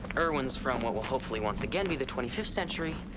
irwin's from what will hopefully once again be the twenty fifth century,